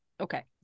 okay